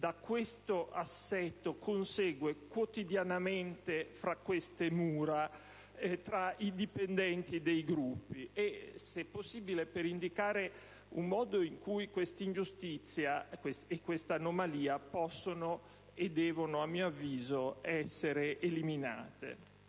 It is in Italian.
da questo assetto consegue quotidianamente tra queste mura tra i dipendenti dei Gruppi e, se possibile, per indicare un modo in cui - a mio avviso - questa ingiustizia e questa anomalia possono e debbono essere eliminate.